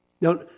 Now